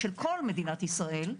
של כל מדינת ישראל,